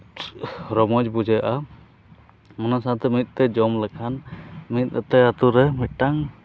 ᱨᱚᱢᱚᱡᱽ ᱵᱩᱡᱷᱟᱹᱜᱼᱟ ᱚᱱᱟ ᱥᱟᱶᱛᱮ ᱢᱤᱫᱛᱮ ᱡᱚᱢ ᱞᱮᱠᱷᱟᱱ ᱢᱤᱫ ᱢᱤᱫᱴᱮᱡᱽ ᱟᱹᱛᱩ ᱨᱮ ᱢᱤᱫᱴᱟᱝ